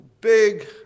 Big